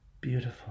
beautiful